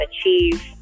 achieve